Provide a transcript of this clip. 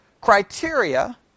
criteria